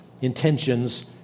intentions